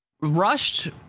rushed